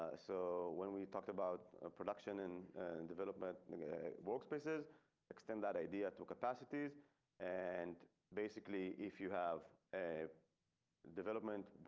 ah so when we talked about production and development workspaces extend that idea to capacities and basically if you have a development.